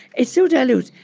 it's so dilute.